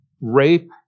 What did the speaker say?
Rape